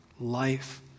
life